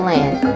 Land